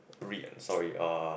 read sorry uh